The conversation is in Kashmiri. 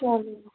چلو